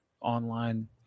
Online